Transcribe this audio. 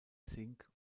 zink